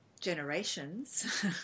generations